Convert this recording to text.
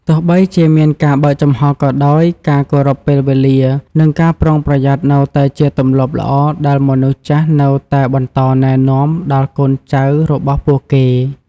ទោះបីជាមានការបើកចំហក៏ដោយ ការគោរពពេលវេលា និងការប្រុងប្រយ័ត្ននៅតែជាទម្លាប់ល្អដែលមនុស្សចាស់នៅតែបន្តណែនាំដល់កូនចៅរបស់ពួកគេ។